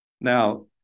Now